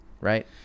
right